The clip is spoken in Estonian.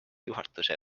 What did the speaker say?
juhatuse